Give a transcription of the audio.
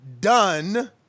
done